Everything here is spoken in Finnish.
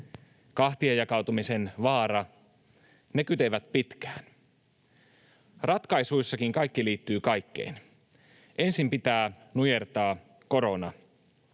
kahtiajakautumisen vaara. Ne kytevät pitkään. Ratkaisuissakin kaikki liittyy kaikkeen. Ensin pitää nujertaa korona.